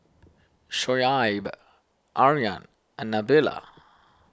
Shoaib Aryan and Nabila